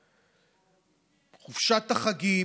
לקחת אחריות זה אומר לפתוח בחקירה,